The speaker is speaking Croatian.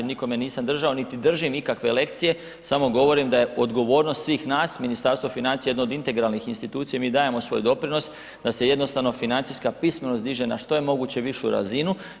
Nikome nisam držao, niti držim ikakve lekcije samo govorim da je odgovornost svih nas, Ministarstvo financija je jedno od integralnih institucija i mi dajemo svoj doprinos da se jednostavno financijska pismenost diže na što je moguće višu razinu.